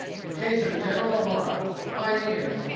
in case of a general alarm, the pioneers,